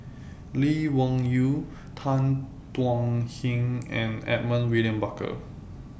Lee Wung Yew Tan Thuan Heng and Edmund William Barker